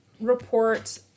report